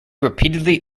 repeatedly